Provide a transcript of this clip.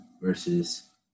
versus